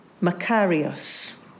Macarius